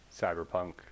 cyberpunk